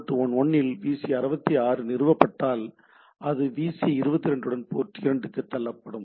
board 1 இல் VCI 66 நிறுவப்பட்டால் அது விசிஐ 22 உடன் போர்ட் 2 க்கு தள்ளப்படும்